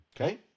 Okay